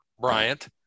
Bryant